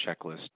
checklist